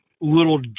little